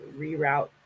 reroute